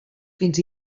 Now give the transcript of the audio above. fins